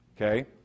Okay